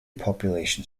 population